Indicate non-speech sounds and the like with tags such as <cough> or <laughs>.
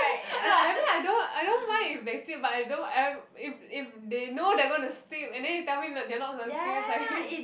<laughs> like I mean I don't I don't mind if they sleep but I don't I'm if if they know they are gonna sleep and then they tell me th~ they are not gonna sleep it's like <laughs>